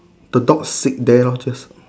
the dog sit there loh just